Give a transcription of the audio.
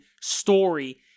story